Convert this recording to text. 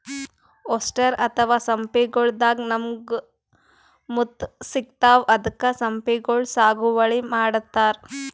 oyster ಅಥವಾ ಸಿಂಪಿಗೊಳ್ ದಾಗಾ ನಮ್ಗ್ ಮುತ್ತ್ ಸಿಗ್ತಾವ್ ಅದಕ್ಕ್ ಸಿಂಪಿಗೊಳ್ ಸಾಗುವಳಿ ಮಾಡತರ್